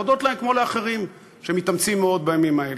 להודות להם כמו לאחרים שמתאמצים מאוד בימים האלה.